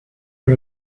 out